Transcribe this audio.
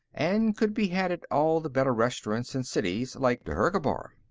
and could be had at all the better restaurants in cities like dhergabar.